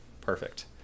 Perfect